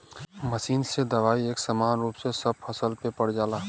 machine से दवाई एक समान रूप में सब फसल पे पड़ जाला